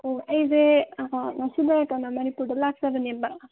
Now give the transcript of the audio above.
ꯑꯣ ꯑꯩꯁꯦ ꯉꯁꯤꯗ ꯀꯩꯅꯣ ꯃꯅꯤꯄꯨꯔꯗ ꯂꯥꯛꯆꯕꯅꯦꯕ